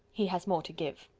he has more to give.